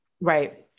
right